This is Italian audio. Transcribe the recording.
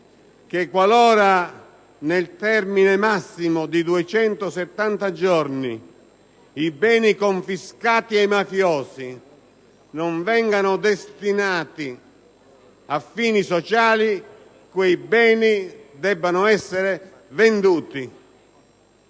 che qualora, nel termine massimo di 270 giorni, i beni confiscati ai mafiosi non vengano destinati a fini sociali, quei beni debbano essere venduti.